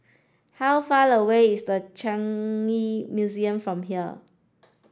how far away is The Changi Museum from here